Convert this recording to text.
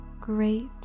Great